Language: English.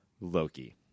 Loki